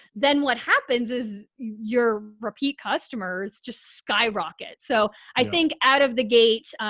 then what happens is your repeat customers just skyrocket. so i think out of the gate,